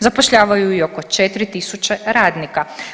Zapošljavaju i oko 4.000 radnika.